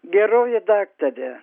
geroji daktare